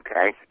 okay